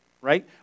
right